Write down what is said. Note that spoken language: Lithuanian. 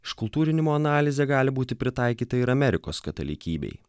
iškultūrinimo analizė gali būti pritaikyta ir amerikos katalikybei